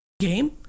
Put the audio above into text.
game